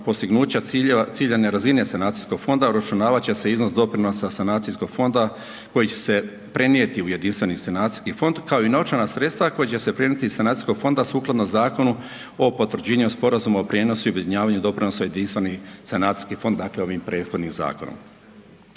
postignuća ciljeva, ciljane razine sanacijskog fonda uračunavat će se iznos doprinosa sanacijskog fonda koji će prenijeti u jedinstveni sanacijski fond kao novčana sredstva koja će se prenijeti iz sanacijskog fonda sukladno Zakonu o potvrđenju sporazuma o prijenosu i objedinjavanju doprinosa jedinstveni sanacijski fond, dakle ovim prethodnim zakonom.